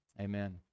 Amen